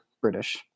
British